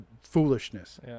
foolishness